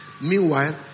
meanwhile